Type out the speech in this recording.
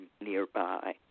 nearby